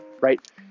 right